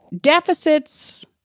Deficits